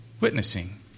witnessing